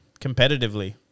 competitively